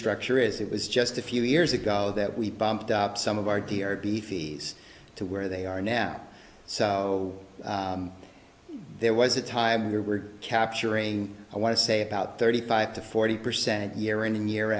structure is it was just a few years ago that we bumped up some of our d or b fees to where they are now so there was a time we were capturing i want to say about thirty five to forty percent year in year